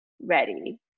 ready